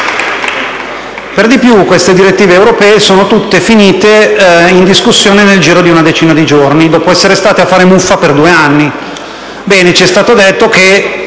Per di più, queste direttive europee sono tutte finite in discussione nel giro di una decina di giorni, dopo essere state a fare muffa per due anni.